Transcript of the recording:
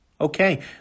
Okay